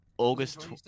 August